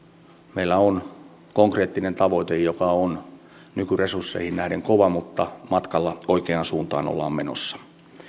meillä on konkreettinen tavoite joka on nykyresursseihin nähden kova mutta matkalla oikeaan suuntaan ollaan menossa